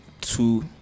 two